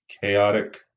chaotic